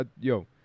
Yo